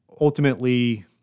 ultimately